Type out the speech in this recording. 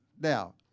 now